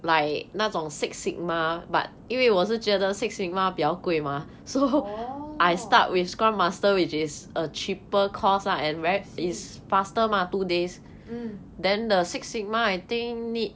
orh I see mm